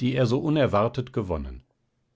die er so unerwartet gewonnen